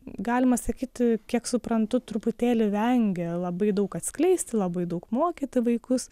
galima sakyti kiek suprantu truputėlį vengė labai daug atskleisti labai daug mokyti vaikus